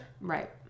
Right